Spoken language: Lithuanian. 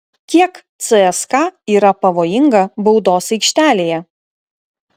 kiek cska yra pavojinga baudos aikštelėje